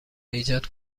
ایجاد